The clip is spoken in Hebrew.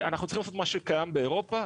אנחנו צריכים לעשות מה שקיים באירופה,